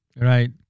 Right